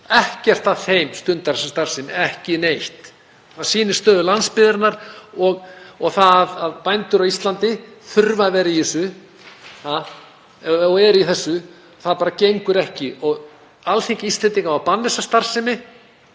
Ekkert af þeim stundar þessa starfsemi, ekkert. Það sýnir stöðu landsbyggðarinnar og það að bændur á Íslandi þurfi að vera í þessu, það gengur ekki. Alþingi Íslendinga á að banna þessa starfsemi